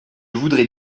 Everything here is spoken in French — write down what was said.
voudrais